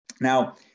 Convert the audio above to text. Now